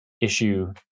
issue